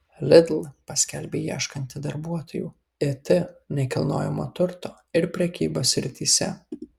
lidl paskelbė ieškanti darbuotojų it nekilnojamojo turto ir prekybos srityse